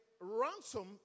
ransom